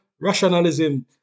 rationalism